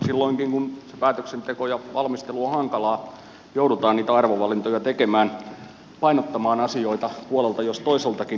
silloinkin kun päätöksenteko ja valmistelu on hankalaa joudutaan niitä arvovalintoja tekemään painottamaan asioita puolelta jos toiseltakin